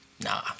Nah